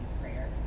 prayer